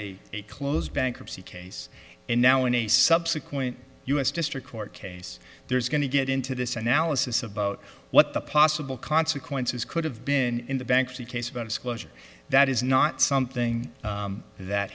have a closed bankruptcy case and now in a subsequent u s district court case there's going to get into this analysis about what the possible consequences could have been in the bankruptcy case about a closure that is not something that